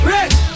Rich